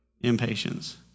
impatience